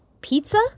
pizza